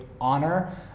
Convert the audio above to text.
honor